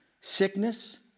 sickness